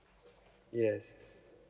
yes